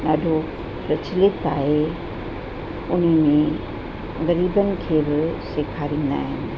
ॾाढो प्रचलित आहे हुन में ग़रीबनि खे बि सेखारींदा आहिनि